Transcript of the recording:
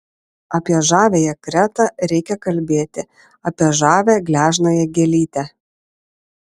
apie žaviąją kretą reikia kalbėti apie žavią gležnąją gėlytę